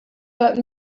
but